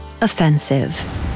Offensive